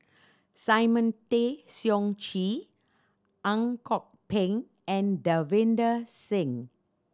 Simon Tay Seong Chee Ang Kok Peng and Davinder Singh